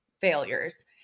failures